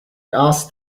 asked